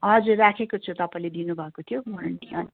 हजुर राखेको छु तपाईँले दिनु भएको त्यो